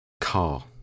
car